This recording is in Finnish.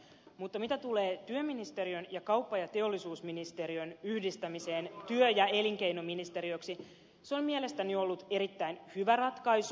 mutta mitä tulee työministeriön ja kauppa ja teollisuusministeriön yhdistämiseen työ ja elinkeinoministeriöksi se on mielestäni ollut erittäin hyvä ratkaisu